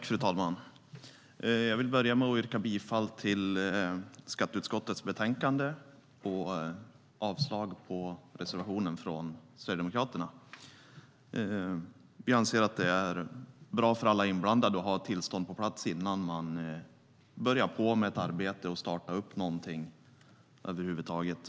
Fru talman! Jag vill börja med att yrka bifall till förslaget i skatteutskottets betänkande och avslag på reservationen från Sverigedemokraterna. Vi anser att det är bra för alla inblandade att ha tillstånd på plats innan man börjar starta något över huvud taget.